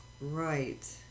Right